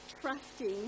trusting